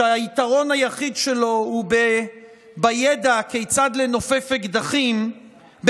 שהיתרון היחיד שלו הוא שהוא יודע כיצד לנופף באקדחים,